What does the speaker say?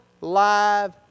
live